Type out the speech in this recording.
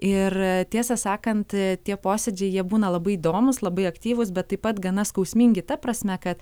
ir tiesą sakant tie posėdžiai jie būna labai įdomūs labai aktyvūs bet taip pat gana skausmingi ta prasme kad